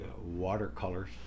watercolors